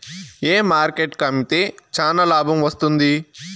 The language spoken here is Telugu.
ఏ మార్కెట్ కు అమ్మితే చానా లాభం వస్తుంది?